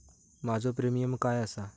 माझो प्रीमियम काय आसा?